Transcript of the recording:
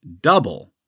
double